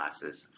classes